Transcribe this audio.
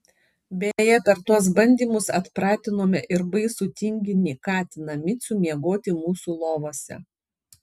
beje per tuos bandymus atpratinome ir baisų tinginį katiną micių miegoti mūsų lovose